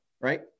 right